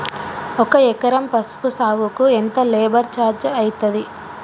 ఒక ఎకరం పసుపు సాగుకు ఎంత లేబర్ ఛార్జ్ అయితది?